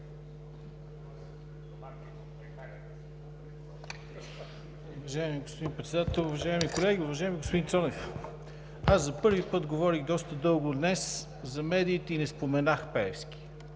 Уважаеми господин Председател, уважаеми колеги! Уважаеми господин Цонев, аз за първи път говорих доста дълго днес за медиите и не споменах Пеевски.